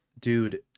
Dude